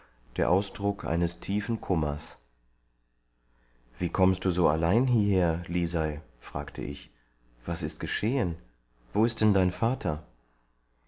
der ausdruck eines tiefen kummers wie kommst du so allein hieher lisei fragte ich was ist geschehen wo ist denn dein vater